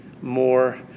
more